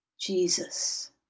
Jesus